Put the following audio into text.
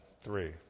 three